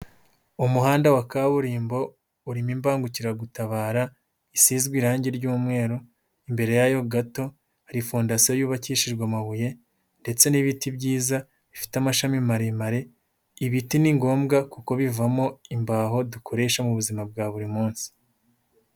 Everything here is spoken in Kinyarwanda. Umuhanda wa kaburimbo urimo imbangukiragutabara isizwe irangi ry'umweru, imbere yayo gato hari fondasiyo yubakishijwe amabuye ndetse n'ibiti byiza bifite amashami maremare, ibiti ni ngombwa kuko kubivamo imbaho dukoresha mu buzima bwa buri munsi.